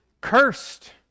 cursed